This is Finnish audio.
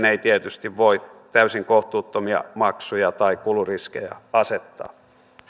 ei tietysti voi täysin kohtuuttomia maksuja tai kuluriskejä asettaa